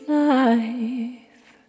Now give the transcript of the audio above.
life